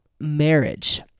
marriage